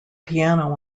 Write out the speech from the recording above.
piano